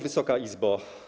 Wysoka Izbo!